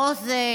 חוזק,